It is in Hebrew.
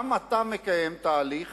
גם אתה מקיים תהליך